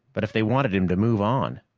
but if they wanted him to move on,